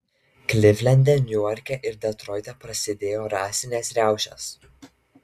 klivlende niuarke ir detroite prasidėjo rasinės riaušės